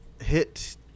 hit